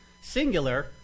singular